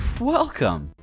welcome